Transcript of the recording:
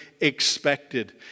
expected